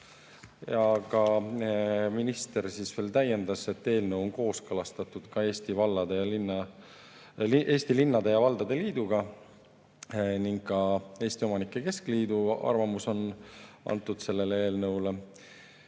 olnud. Minister täiendas, et eelnõu on kooskõlastatud Eesti Linnade ja Valdade Liiduga ning ka Eesti Omanike Keskliidu arvamus on antud selle eelnõu